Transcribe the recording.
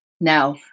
Now